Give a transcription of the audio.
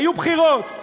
היו בחירות.